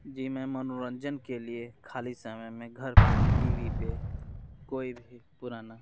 जी मैं मनोरंजन के लिए ख़ाली समय में घर पर टी वी पर कोई भी पुरानी